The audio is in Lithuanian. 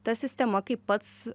ta sistema kai pats